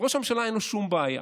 לראש הממשלה אין שום בעיה.